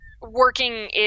working